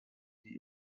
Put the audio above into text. die